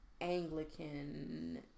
Anglican